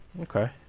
okay